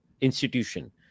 institution